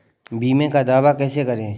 बीमे का दावा कैसे करें?